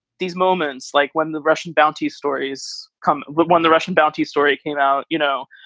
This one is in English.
these moments, like when the russian bounty stories come, when the russian bounty story came out. you know,